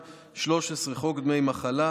התשע"ב 2012,